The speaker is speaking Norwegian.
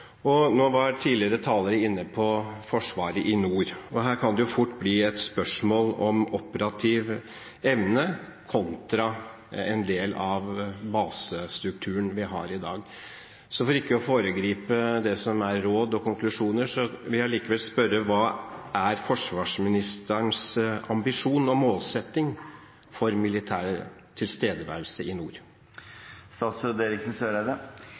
Nå var tidligere talere inne på forsvaret i nord. Her kan det fort bli et spørsmål om operativ evne kontra en del av basestrukturen vi har i dag. Jeg vil ikke foregripe det som er råd og konklusjoner, men likevel vil jeg spørre: Hva er forsvarsministerens ambisjon og målsetting for militær tilstedeværelse i nord?